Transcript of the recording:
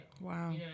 Wow